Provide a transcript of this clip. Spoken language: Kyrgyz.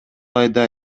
айда